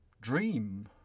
dream